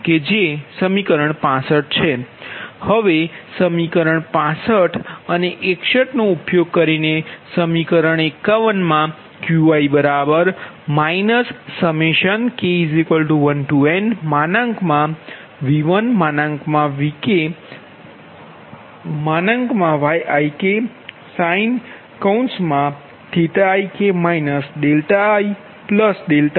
હવે સમીકરણ 65 અને 51 નો ઉપયોગ કરીને સમીકરણ 51 માં Qi k 1nVIVKYiksin⁡ ik ik